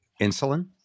Insulin